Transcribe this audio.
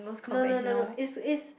no no no no it's it's